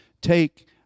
take